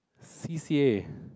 C C A